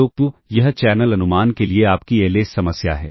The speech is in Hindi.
तो यह चैनल अनुमान के लिए आपकी LS समस्या है